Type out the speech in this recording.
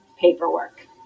paperwork